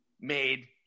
made